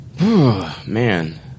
man